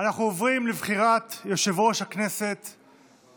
אנחנו עוברים לבחירת יושב-ראש הכנסת,